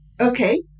okay